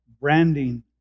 branding